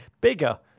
Bigger